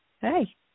Hey